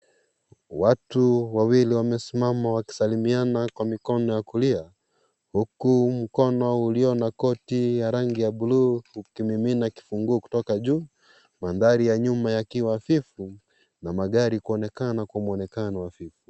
Watu, wawili wamesmama wakisalimiana kwa mikono ya kulia, huku mkono ulio na koti la rangi ya (cs)blue(cs), ukimimina kifunguu kutoka juu, manthari ya nyuma yakiwa hafifu, na magari kuonekana kwa mwonekano hafifu.